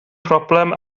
problem